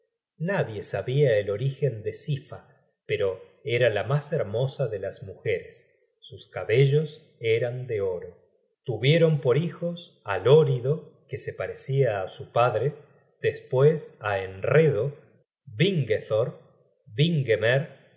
nadie sabia el origen de sifa pero era la mas hermosa de las mujeres sus cabellos eran de oro tuvieron por hijos á lórido que se parecia á su padre despues á henredo vingethor vingemer moda